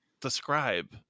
Describe